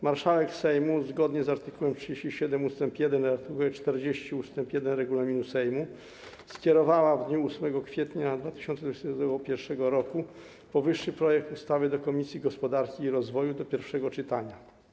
Marszałek Sejmu, zgodnie z art. 37 ust. 1 i art. 40 ust. 1 regulaminu Sejmu, skierowała w dniu 8 kwietnia 2021 r. powyższy projekt ustawy do Komisji Gospodarki i Rozwoju do pierwszego czytania.